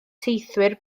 teithwyr